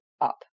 up